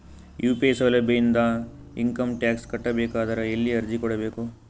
UPI ಸೌಲಭ್ಯ ಇಂದ income tax ಕಟ್ಟಬೇಕಾದರ ಎಲ್ಲಿ ಅರ್ಜಿ ಕೊಡಬೇಕು?